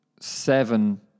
Seven